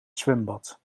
zwembad